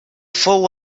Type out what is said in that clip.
fou